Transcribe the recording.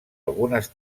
algunes